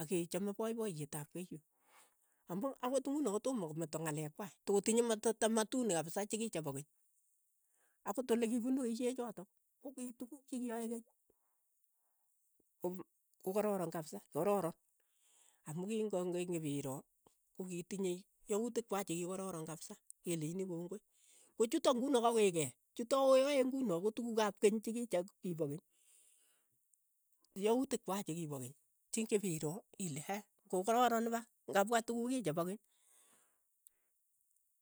Akechame poipoyeet ap keiyo, ambu akot ing'uni kotoma kometa ng'alek kwai, tokotinye matata tamatuni chikiche pa keny, akot olekipunu keiyek chotok, ko kii tukuk che kiyae. keny, ko kokararan kapisa, kararan, amu king'ong'enyipiroo, kokitinyei yautik kwai che kikororon kapsa, keleini kongoi, kochutok ng'uno kawekei, chutok oyae ng'uno kotukuk ap keny chekiche ki pa keny, yautik kwai chikipa keny, chechipiroo ile he kokararan ipak. ng'apwa tukuk kiche pa keny,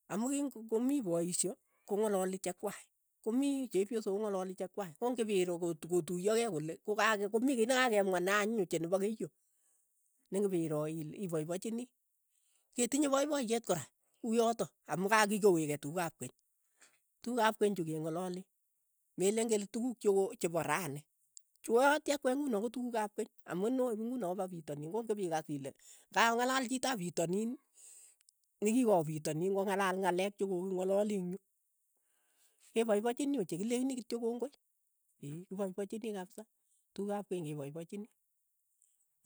amu king'omii poisho, kong'alali chekwai, ko mii chepyosok kong'alali chekwai, kong'ipiro kot- kotuiyo kei kole koka ake komi kiy ne ka kemwa na anyiny ochei nepa keiyo, nengipiro ile ipaipachini, ketinye poipoyeet kora kuyotok, amu ka kikoweek tukuk ap keny, tukuk ap keny chu keng'alale, meleen kele tukkuuk cheko chepa rani, chu uyooti akwek ng'uni ko tukuk ap keny, amu neoip ng'uno kopa pitonin kongipikas ile kokong'alal chitop pitonin, nekikawa pitanin kong'alal ng'alek chekoking'alali ing' yu, kepaipachini ochei, kilechini kityo kongoi. kipaipachini kapsa, tukuk ap keny ke paipachini,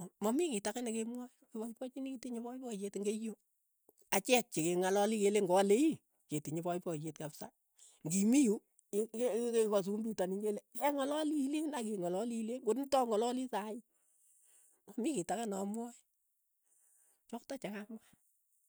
aa mamii kit ake nekemwae, kipaipachini kitinye poipoyeet eng' keiyo, achek chekengalali keleen kaleii, ketinye poipoyeet kapsa, ng'imiyu, ii- kekasu eng' pitonin kele keng'alali ileen ak ing'alali ileen, ko nitok ang'alali saii, mamii kiit ake na amwae, chotok cha kamwaa.